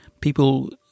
people